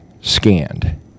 scanned